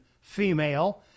female